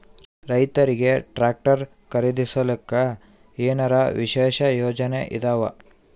ರೈತರಿಗೆ ಟ್ರಾಕ್ಟರ್ ಖರೀದಿಸಲಿಕ್ಕ ಏನರ ವಿಶೇಷ ಯೋಜನೆ ಇದಾವ?